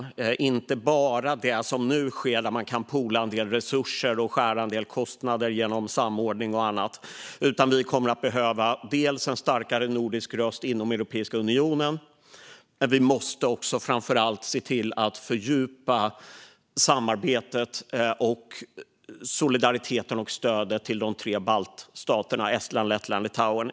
Det handlar inte bara det som nu sker, där man kan poola en del resurser och skära en del kostnader genom samordning, utan vi kommer att behöva en starkare nordisk röst inom Europeiska unionen. Vi måste också, framför allt, se till att fördjupa samarbetet och solidariteten med och stödet till de tre baltstaterna Estland, Lettland och Litauen.